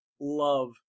love